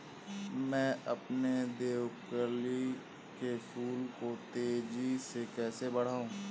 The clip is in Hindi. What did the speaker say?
मैं अपने देवकली के फूल को तेजी से कैसे बढाऊं?